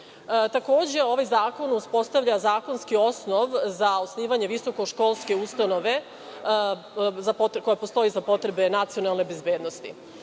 ovaj zakon uspostavlja zakonski osnov za osnivanje visokoškolske ustanove koja postoji za potrebe nacionalne bezbednosti.